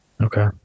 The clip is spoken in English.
Okay